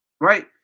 Right